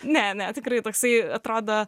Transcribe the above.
ne ne tikrai toksai atrodo